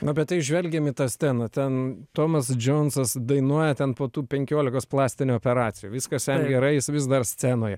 na bet jei žvelgiam į tą sceną ten tomas džionsas dainuoja ten po tų penkiolikos plastinių operacijų viskas jam gerai jis vis dar scenoj